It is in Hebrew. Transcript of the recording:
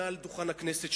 מעל דוכן הכנסת,